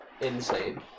insane